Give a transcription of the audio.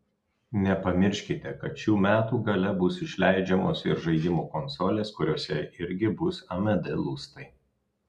nepamirškite kad šių metų gale bus išleidžiamos ir žaidimų konsolės kuriose irgi bus amd lustai